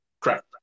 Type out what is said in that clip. Correct